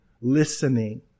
Listening